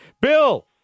Bill